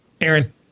Aaron